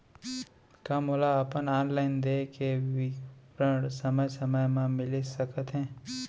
का मोला अपन ऑनलाइन देय के विवरण समय समय म मिलिस सकत हे?